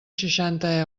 seixanta